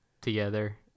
together